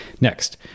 Next